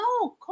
No